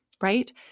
right